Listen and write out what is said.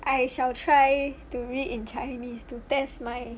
I shall try to read in chinese to test my